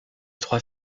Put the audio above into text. trois